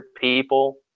people